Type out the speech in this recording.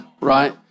right